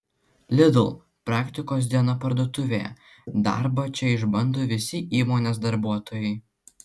lidl praktikos diena parduotuvėje darbą čia išbando visi įmonės darbuotojai